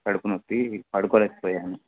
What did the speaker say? కడుపునొప్పి పడుక్కోలేకపోయాను